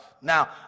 Now